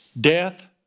Death